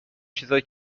چیزای